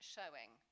Showing